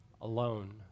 alone